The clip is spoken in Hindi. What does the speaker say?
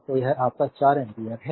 तो यह आपका 4 एम्पीयर है